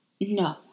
No